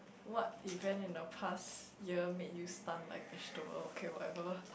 what event in the past year make you stunned like a stone okay whatever